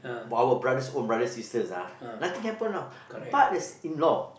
our brothers own brother sister ah nothing happen you know but there's in law